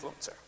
influencer